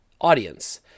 audience